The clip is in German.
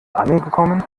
angekommen